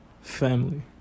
family